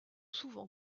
souvent